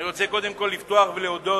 קודם כול, אני רוצה לפתוח ולהודות